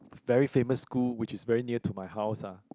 very famous school which is very near to my house ah